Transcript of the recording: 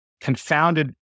confounded